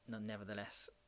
nevertheless